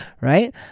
right